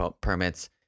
permits